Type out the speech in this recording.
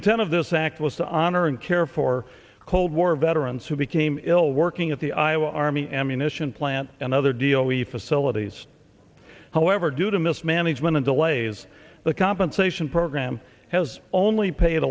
intent of this act was to honor and care for cold war veterans who became ill working at the iowa army ammunition plant another deal with the facilities however due to mismanagement and delays the compensation program has only pa